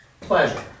pleasure